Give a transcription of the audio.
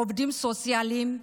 עובדים סוציאליים,